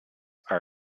are